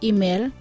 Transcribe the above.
Email